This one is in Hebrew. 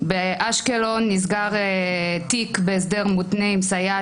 בקרית טבעון נסגר תיק בהסדר מותנה עם סייעת